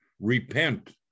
Repent